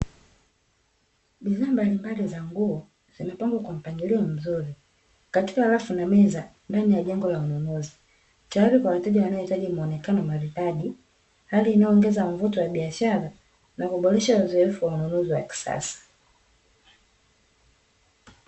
Bidhaa mbalimbali za nguo zimepangwa kwa mpangilo mzuri, katika rafu na meza ndani ya jengo la ununuzi tayari kwa wateja wanaohitaji muonekano maridadi hali inayoongeza mvuto wa biashara, na huboresha uzoefu wa ununuzi wa kisasa.